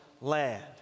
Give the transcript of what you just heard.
land